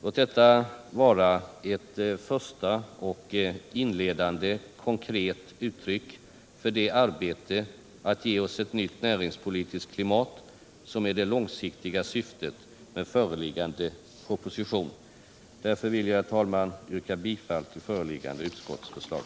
Låt detta vara en första inledande konkret åtgärd för att ge oss ett nytt näringspolitiskt klimat, vilket är det långsiktiga syftet med föreliggande proposition! Herr talman! Jag yrkar bifall till föreliggande utskottsförslag.